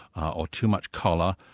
or too much choler,